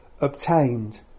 obtained